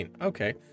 okay